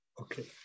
Okay